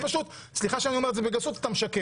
כי אתה עכשיו פשוט סליחה שאני אומר את זה בגסות אתה משקר.